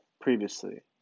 previously